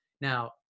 Now